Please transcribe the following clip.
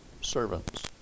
servants